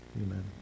Amen